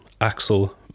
Axel